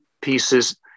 pieces